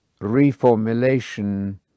reformulation